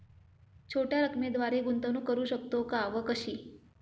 छोट्या रकमेद्वारे गुंतवणूक करू शकतो का व कशी?